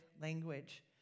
language